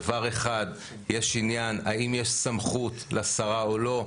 דבר אחד, יש עניין האם יש סמכות לשרה או לא.